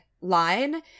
line